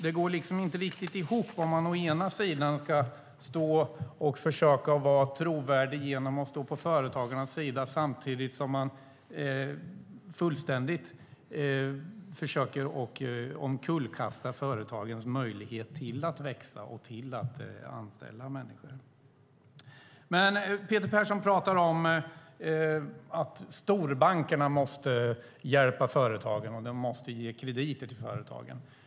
Det går inte riktigt ihop om man försöker vara trovärdig genom att stå på företagarnas sida samtidigt som man fullständigt försöker omkullkasta företagens möjligheter att växa och anställa människor. Peter Persson pratar om att storbankerna måste hjälpa företagen och ge krediter till dem.